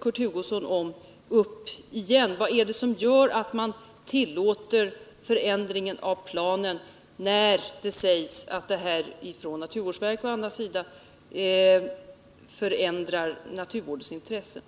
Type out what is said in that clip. Kurt Hugosson tog på nytt upp vad som gjorde att man tillät förändringen av planen, trots att det från naturvårdsverkets och andra instansers sida sagts att det strider mot naturvårdsintressena.